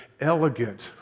elegant